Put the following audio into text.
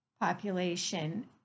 population